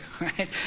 right